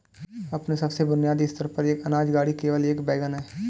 अपने सबसे बुनियादी स्तर पर, एक अनाज गाड़ी केवल एक वैगन है